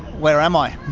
where am i?